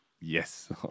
Yes